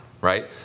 right